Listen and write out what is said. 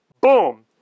Boom